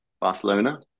Barcelona